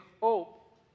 hope